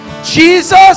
jesus